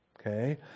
okay